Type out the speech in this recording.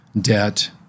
debt